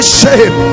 shame